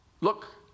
Look